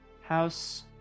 House